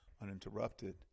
uninterrupted